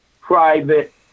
private